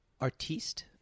artiste